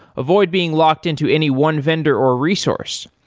avoid being locked into any one vendor or resource.